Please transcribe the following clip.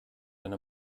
eine